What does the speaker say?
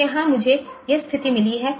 तो यहां मुझे यह स्थिति मिली है